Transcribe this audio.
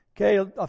Okay